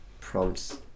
prompts